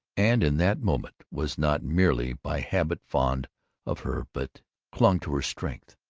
and in that moment was not merely by habit fond of her but clung to her strength.